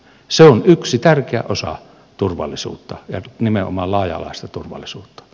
se on yksi tärkeä osa turvallisuutta ja nimenomaan laaja alaista turvallisuutta